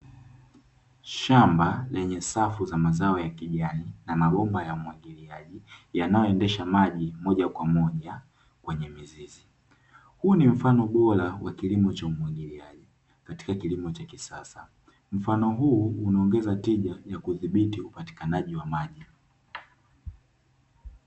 Shamba lenye safu za mazao ya kijani na mabomba ya umwagiliaji yanayoendesha maji moja kwa moja kwenye mizizi. Huu ni mfano bora wa kilimo cha umwagiliaji katika kilimo cha kisasa, mfano huu unaongeza tija ya kuthibiti upatikanaji wa maji.